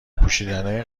پوشیدنای